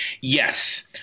Yes